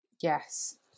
Yes